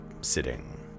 sitting